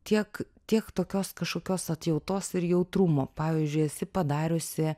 tiek tiek tokios kažkokios atjautos ir jautrumo pavyzdžiui esi padariusi